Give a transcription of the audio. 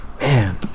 man